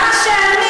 מה זה קשור?